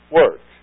work